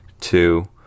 two